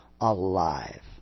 alive